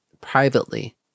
privately